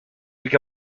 week